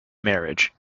marriage